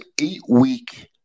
eight-week